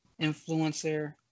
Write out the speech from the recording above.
influencer